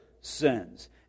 sins